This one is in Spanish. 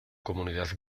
comunidad